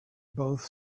both